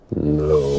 No